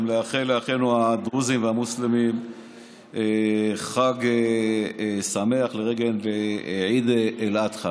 גם לאחל לאחינו הדרוזים והמוסלמים חג שמח לרגל עיד אל-אדחא.